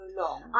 long